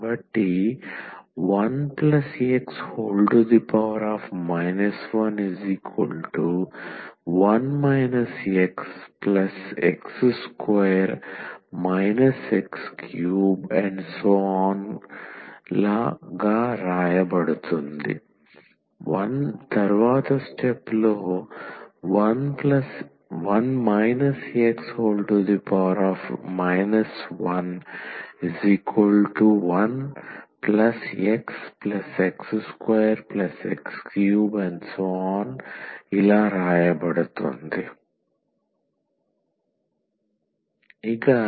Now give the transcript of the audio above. కాబట్టి 1x 11 xx2 x3⋯ 1 x 11xx2x3⋯